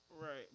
Right